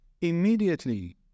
Immediately